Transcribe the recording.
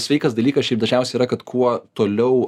sveikas dalykas šiaip dažniausiai yra kad kuo toliau